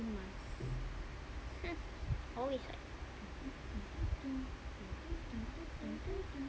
always [what]